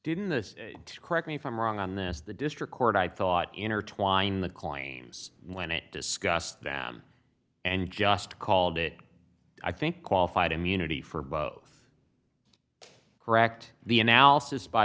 didn't the correct me if i'm wrong on this the district court i thought intertwined the coin when it discussed them and just called it i think qualified immunity for both correct the analysis by